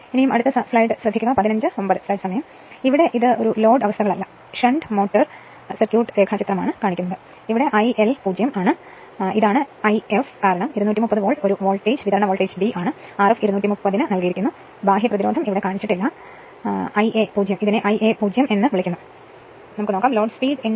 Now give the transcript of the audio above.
അതിനാൽ ഇത് ലോഡ് അവസ്ഥകളല്ല ഇത് ഷണ്ട് മോട്ടോർ സർക്യൂട്ട് ഡയഗ്രമാണ് ഇത് IL 0 ആണ് ഇതാണ് If കാരണം 230 വോൾട്ട് ഒരു വോൾട്ടേജ് വിതരണ വോൾട്ടേജ് V ആണ് Rf 230 ന് നൽകിയിരിക്കുന്നു here ബാഹ്യ പ്രതിരോധം ഇവിടെ കാണിച്ചിട്ടില്ല Ia 0 ഇതിനെ Ia 0 എന്ന് വിളിക്കുന്നു റയ്ക്ക് 0